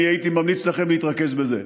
אני הייתי ממליץ לכם להתרכז בזה.